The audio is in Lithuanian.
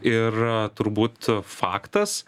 ir turbūt faktas